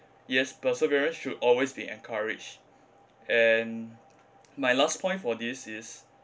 yes perseverance should always be encouraged and my last point for this is